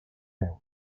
peus